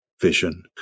vision